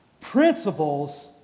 principles